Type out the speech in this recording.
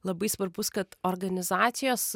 labai svarbus kad organizacijos